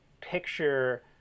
picture